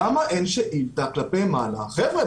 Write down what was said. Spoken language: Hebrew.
למה אין שאילתה כלפי מעלה: חבר'ה,